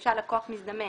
למשל לקוח מזדמן,